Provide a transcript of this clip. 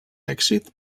èxit